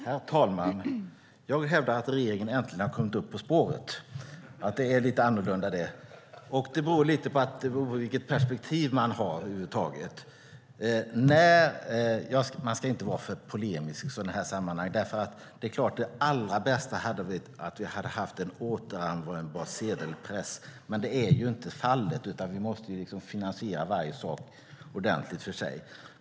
Herr talman! Jag hävdar att regeringen äntligen har kommit upp på spåret. Det är lite annorlunda det. Det beror på vilket perspektiv man har. Man ska inte vara för polemisk i sådana här sammanhang. Det är klart att det allra bästa hade varit om vi hade haft en återanvändbar sedelpress. Men det är inte fallet, utan vi måste finansiera varje sak ordentligt för sig.